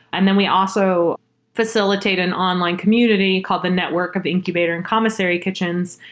and then we also facilitate an online community called the network of incubator and commissary kitchens,